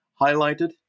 highlighted